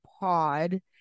pod